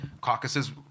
Caucuses